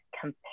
compare